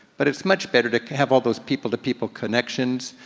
but it's much better to have all those people-to-people connections,